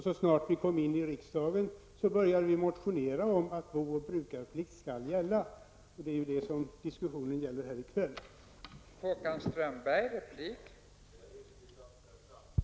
Så snart vi kom in i riksdagen började vi att motionera om att bo och brukarplikt skall gälla, och det är vad diskussionen här i kväll handlar om.